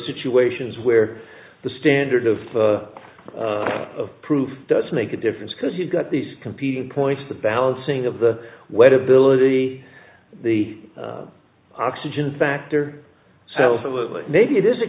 situations where the standard of proof doesn't make a difference because you've got these competing points the balancing of the wet ability the oxygen factor so maybe it is a